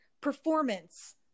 performance